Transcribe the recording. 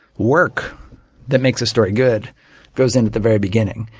work that makes a story good goes in at the very beginning.